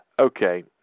Okay